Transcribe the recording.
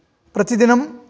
प्रतिदिनं